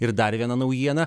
ir dar viena naujiena